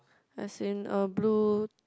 as in a blue